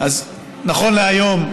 נכון להיום,